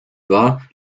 war